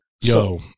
Yo